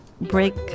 break